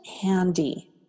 handy